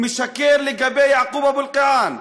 משקר לגבי יעקוב אבו אלקיעאן,